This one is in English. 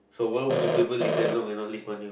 so why will you prefer Lee-Hsien-Loong and not Lee-Kuan-Yew